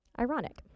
Ironic